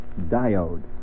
Diode